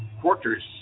quarters